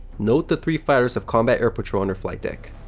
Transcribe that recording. note the three fighters of combat air patrol on her flight deck.